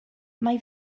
mae